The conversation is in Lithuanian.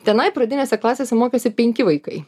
tenai pradinėse klasėse mokėsi penki vaikai